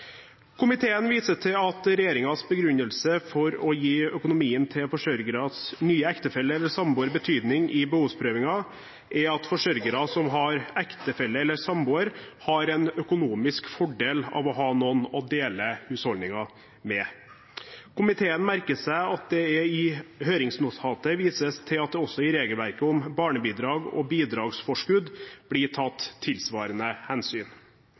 Komiteen viser til at regjeringens begrunnelse for å gi økonomien til forsørgeres nye ektefelle eller samboer betydning i behovsprøvingen er at forsørgere som har ektefelle eller samboer, har en økonomisk fordel av å ha noen å dele husholdningen med. Komiteen merker seg at det i høringsnotatet vises til at det også i regelverket om barnebidrag og bidragsforskudd blir tatt tilsvarende hensyn.